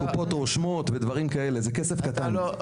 קופות רושמות, דברים כאלה, זה כסף קטן.